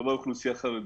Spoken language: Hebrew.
רוב האוכלוסייה חרדית,